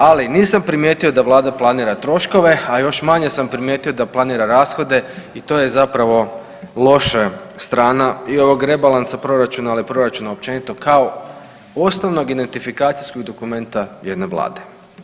Ali nisam primijetio da vlada planira troškove, a još manje sam primijetio da planira rashode i to je zapravo loša strana i ovog rebalansa proračuna, ali i proračuna općenito kao osnovnog identifikacijskog dokumenta jedne vlade.